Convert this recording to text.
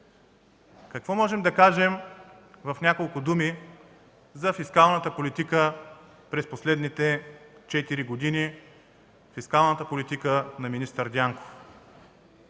Какво можем да кажем в няколко думи за фискалната политика през последните четири години – фискалната политика на министър Дянков?